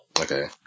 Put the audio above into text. Okay